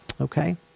Okay